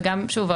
וגם שוב,